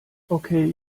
okay